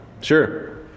sure